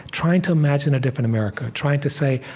trying to imagine a different america trying to say,